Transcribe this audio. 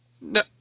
No